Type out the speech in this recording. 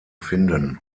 finden